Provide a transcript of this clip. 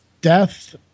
death